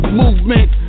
movement